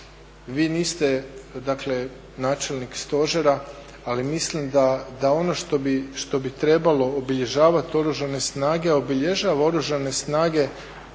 vi niste načelnik stožera ali mislim da ono što bi trebalo obilježavati oružane snage, a obilježava oružane snage